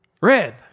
Red